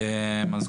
בבקשה.